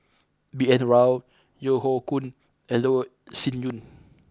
B N Rao Yeo Hoe Koon and Loh Sin Yun